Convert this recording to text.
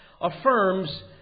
affirms